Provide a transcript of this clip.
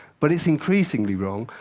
but it's increasingly wrong,